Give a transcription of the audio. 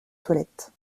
toilette